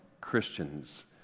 Christians